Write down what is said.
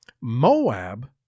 Moab